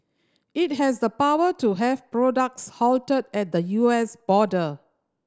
it has the power to have products halted at the U S border